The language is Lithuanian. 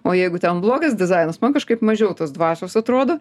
o jeigu ten blogas dizainas man kažkaip mažiau tos dvasios atrodo